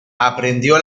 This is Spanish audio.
aprendió